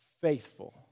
faithful